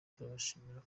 turabashimira